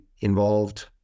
involved